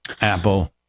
Apple